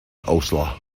oslo